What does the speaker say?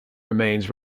remains